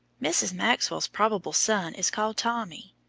mrs. maxwell's probable son is called tommy.